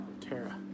Tara